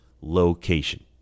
location